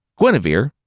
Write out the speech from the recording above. Guinevere